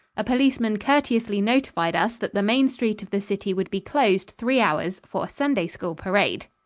a policeman courteously notified us that the main street of the city would be closed three hours for a sunday school parade.